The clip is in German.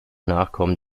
nachkommen